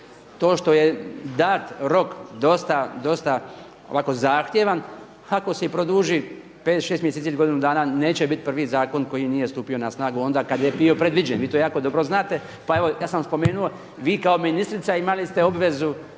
to što je dan rok dosta, dosta ovako zahtjevan, ako se i produži 5, 6 mjeseci ili godinu dana neće biti prvi zakon koji nije stupio na snagu onda kada je bio predviđen, vi to jako dobro znate. Pa evo ja sam vam spomenuo, vi kao ministrica imali ste obvezu